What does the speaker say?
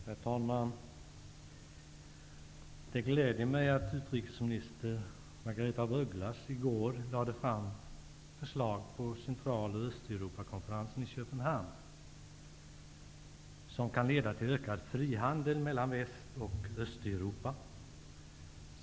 Herr talman! Det gläder mig att utrikesminister Margaretha af Ugglas i går lade fram förslag på Central och Östeuropakonferensen i Köpenhamn som kan leda till ökad frihandel mellan Väst och Östeuropa.